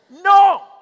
No